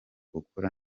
ukora